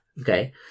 Okay